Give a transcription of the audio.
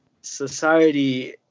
society